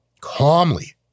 calmly